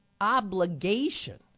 obligation